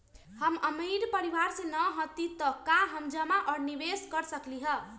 हम अमीर परिवार से न हती त का हम जमा और निवेस कर सकली ह?